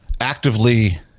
actively